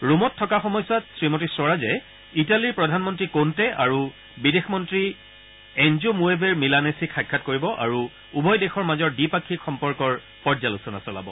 ৰোমত থকা সময়ছোৱাত শ্ৰীমতী স্বৰাজে ইটালীৰ প্ৰধানমন্ত্ৰী কণ্টে আৰু বিদেশ মন্ত্ৰী এনজো মূৰেভেৰ মিলানেছীক সাক্ষাৎ কৰিব আৰু উভয় দেশৰ মাজৰ দ্বিপাক্ষিক সম্পৰ্কৰ পৰ্যালোচনা চলাব